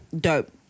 Dope